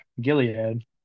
Gilead